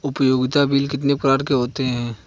उपयोगिता बिल कितने प्रकार के होते हैं?